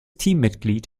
teammitglied